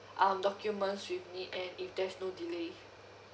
um documents we've need and if there's no delay